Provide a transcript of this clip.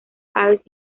aves